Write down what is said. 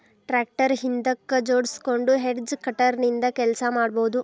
tractor ಹಿಂದಕ್ ಜೋಡ್ಸ್ಕೊಂಡು hedge cutter ನಿಂದ ಕೆಲಸ ಮಾಡ್ಬಹುದು